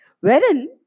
Wherein